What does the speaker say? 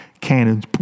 cannons